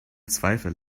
zweifel